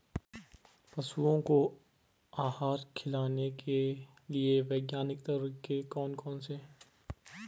पशुओं को आहार खिलाने के लिए वैज्ञानिक तरीके कौन कौन से हैं?